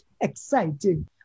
exciting